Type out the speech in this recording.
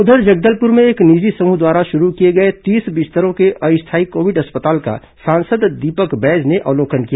उधर जगदलपुर में एक निजी समूह द्वारा शुरू किए गए तीस बिस्तरों के अस्थायी कोविड अस्पताल का सांसद दीपक बैज ने अवलोकन किया